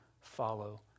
follow